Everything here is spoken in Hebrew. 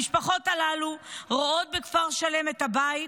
המשפחות הללו רואות בכפר שלם את הבית,